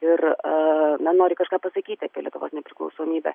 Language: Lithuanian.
ir na nori kažką pasakyti apie lietuvos nepriklausomybę